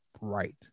right